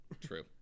True